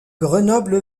grenoble